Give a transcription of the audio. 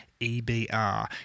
EBR